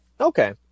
Okay